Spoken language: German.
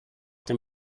dem